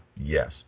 Yes